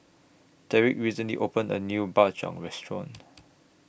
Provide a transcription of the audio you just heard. Deric recently opened A New Bak Chang Restaurant